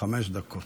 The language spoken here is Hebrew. חמש דקות.